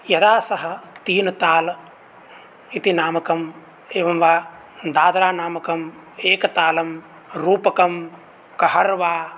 यदा सः तीनतालम् इति नामकम् एवं वा दादरानामकम् एकतालं रूपकं कहर्वा